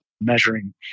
measuring